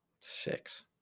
Six